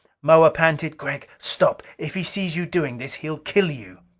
moa panted, gregg stop! if he sees you doing this, he'll kill you.